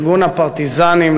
ארגון הפרטיזנים,